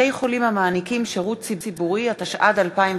הצגת שם עסק בשפה העברית), התשע"ד 2014,